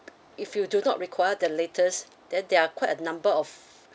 if you do not require the latest then there are quite a number of